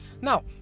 Now